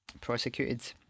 prosecuted